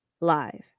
live